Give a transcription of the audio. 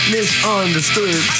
Misunderstood